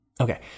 Okay